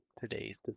today's